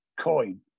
Coin